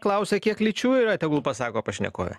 klausia kiek lyčių yra tegul pasako pašnekovė